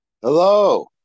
Hello